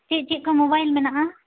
ᱪᱤᱫ ᱪᱤᱫ ᱠᱚ ᱢᱳᱵᱟᱭᱤᱞ ᱢᱮᱱᱟᱜᱼᱟ